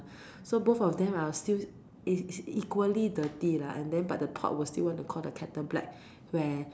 so both of them are still is equally dirty lah and then but the pot will still want to Call the kettle black where